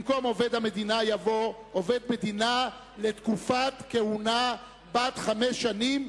במקום "עובד המדינה" יבוא "עובד מדינה לתקופת כהונה בת חמש שנים,